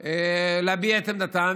זכות להביע את עמדתם,